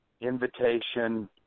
invitation